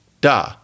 da